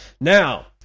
Now